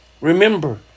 remember